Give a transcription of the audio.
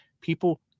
people